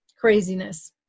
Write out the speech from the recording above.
craziness